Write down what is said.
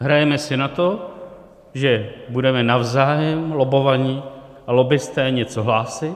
Hrajeme si na to, že budeme navzájem, lobbovaní a lobbisté, něco hlásit.